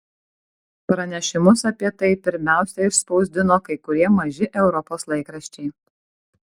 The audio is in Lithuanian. pranešimus apie tai pirmiausia išspausdino kai kurie maži europos laikraščiai